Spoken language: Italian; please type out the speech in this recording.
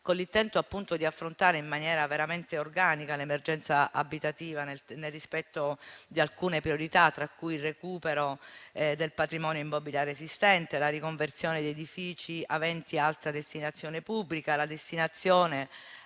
con l'intento di affrontare in maniera veramente organica l'emergenza abitativa, nel rispetto di alcune priorità, tra cui il recupero del patrimonio immobiliare esistente, la riconversione degli edifici aventi altra destinazione pubblica, la destinazione